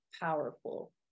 powerful